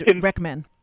recommend